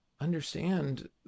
understand